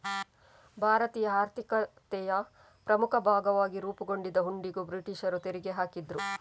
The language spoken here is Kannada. ಭಾರತದ ಆರ್ಥಿಕತೆಯ ಪ್ರಮುಖ ಭಾಗವಾಗಿ ರೂಪುಗೊಂಡಿದ್ದ ಹುಂಡಿಗೂ ಬ್ರಿಟೀಷರು ತೆರಿಗೆ ಹಾಕಿದ್ರು